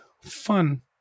fun